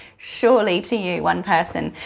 surely to you, one person.